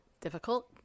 difficult